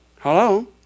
Hello